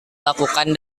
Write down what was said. lakukan